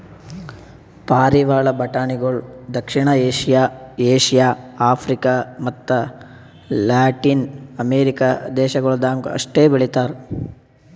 ಪಾರಿವಾಳ ಬಟಾಣಿಗೊಳ್ ದಕ್ಷಿಣ ಏಷ್ಯಾ, ಏಷ್ಯಾ, ಆಫ್ರಿಕ ಮತ್ತ ಲ್ಯಾಟಿನ್ ಅಮೆರಿಕ ದೇಶಗೊಳ್ದಾಗ್ ಅಷ್ಟೆ ಬೆಳಿತಾರ್